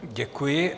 Děkuji.